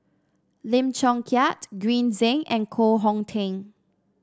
Lim Chong Keat Green Zeng and Koh Hong Teng